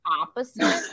opposite